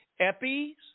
Epis